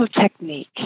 technique